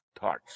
thoughts